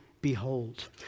behold